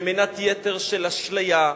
במנת יתר של אשליה,